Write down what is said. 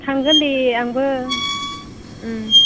थांगोन दे आंबो